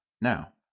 now